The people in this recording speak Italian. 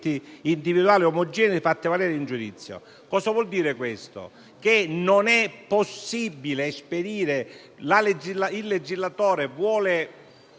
Il legislatore vuole